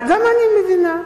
גם אני מבינה.